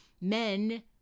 men